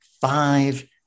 Five